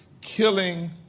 killing